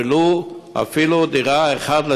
ולו דירה אחת,